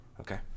Okay